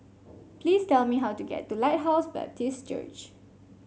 please tell me how to get to Lighthouse Baptist Church